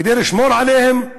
כדי לשמור עליהם,